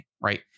right